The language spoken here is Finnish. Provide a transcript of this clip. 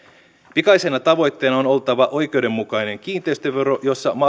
pikaisena tavoitteena on on oltava oikeudenmukainen kiinteistövero jossa